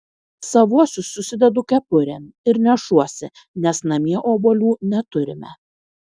savuosius susidedu kepurėn ir nešuosi nes namie obuolių neturime